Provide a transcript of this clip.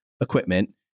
equipment